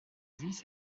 this